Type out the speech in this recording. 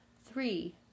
Three